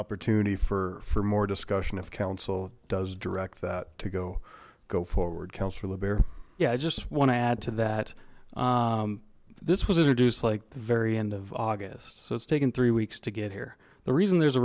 opportunity for for more discussion if council does direct that to go go forward councillor libr yeah i just want to add to that this was introduced like the very end of august so it's taken three weeks to get here the reason there's a